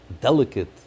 delicate